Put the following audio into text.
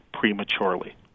Prematurely